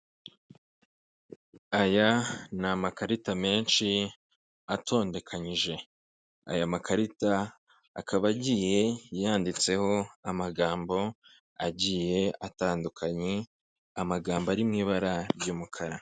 Aya ni amakarita menshi atondekanyije aya makarita akaba agiye yanditseho amagambo agiye atandukanye amagambo ari mu ibara ry'umukara.